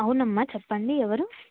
అవునమ్మా చెప్పండి ఎవరు